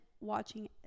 watching